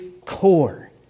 core